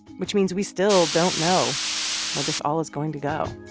which means we still don't know where this all is going to go